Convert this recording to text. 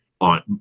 on